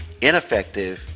Ineffective